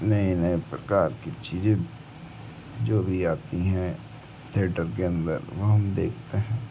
नए नए प्रकार की चीज़ें जो भी आती हैं थिएटर के अंदर वह हम देखते है